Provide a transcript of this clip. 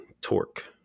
torque